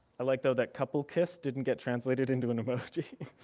i like though that couple kiss didn't get translated into an emoji.